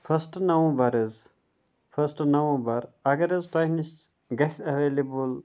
first November حظ first November اگر حظ تۄہہِ نِش گژھِ اٮ۪ویلیبٕل